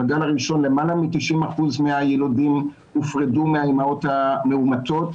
בגל הראשון למעלה מ-90% מהילודים הופרדו מהאימהות המאומתות.